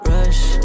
Rush